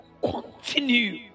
Continue